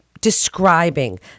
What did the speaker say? describing